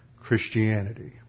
Christianity